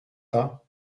pas